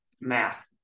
math